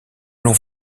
l’ont